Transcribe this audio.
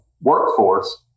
workforce